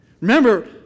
Remember